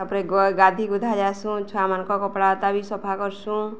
ତାପରେ ଗାଧି ଗୁଧା ଯାସୁଁ ଛୁଆମାନଙ୍କ କପଡ଼ା ତା ବି ସଫା କରସୁଁ